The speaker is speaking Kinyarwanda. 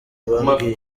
babwiye